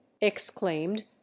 exclaimed